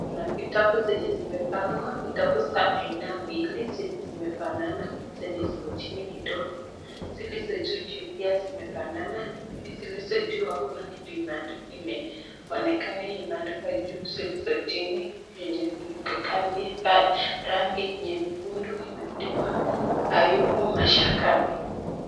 Kuna vitabu zenye zimepangwa, vitabu za aina mbili zenye zinafanana, zenye ziko chini kidogo. Zile za juu pia zinafanana, zilizo juu hakuna kitu imeonekana imeandikwa juu, zilizo chini yenye rangi nyekundu imeandikwa Ayubu Mashakani.